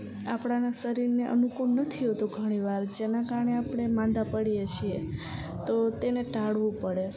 આપણને શરીરને અનુકૂળ નથી હોતું ઘણી વાર જેના કારણે આપણે માંદા પડીએ છીએ તો તેને ટાળવું પડે